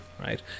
right